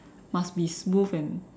must be smooth and